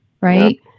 right